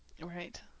right